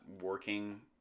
working